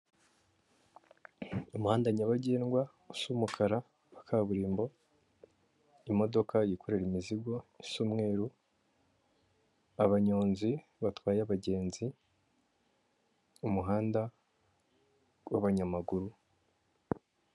Umuhanda nyabagendwa usa umukara wa kaburimbo. Imodoka yikorera imizigo isa umweru, abanyonzi batwaye abagenzi, umuhanda wabanyamaguru.